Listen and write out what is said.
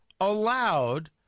allowed